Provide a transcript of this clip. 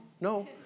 no